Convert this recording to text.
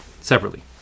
separately